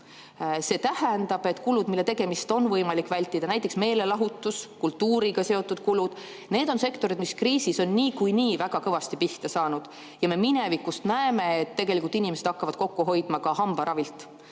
vältida. Kulud, mille tegemist on võimalik vältida, näiteks meelelahutus, kultuuriga seotud kulud, on aga sektorites, mis kriisis on niikuinii väga kõvasti pihta saanud. Ja me minevikust teame, et inimesed hakkavad kokku hoidma ka hambaravilt.